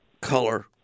color